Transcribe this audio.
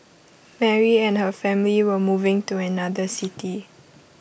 Mary and her family were moving to another city